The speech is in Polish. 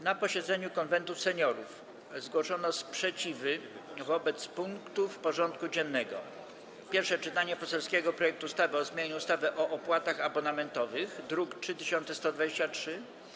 Na posiedzeniu Konwentu Seniorów zgłoszono sprzeciwy wobec punktów porządku dziennego: - Pierwsze czytanie poselskiego projektu ustawy o zmianie ustawy o opłatach abonamentowych, druk nr 3123,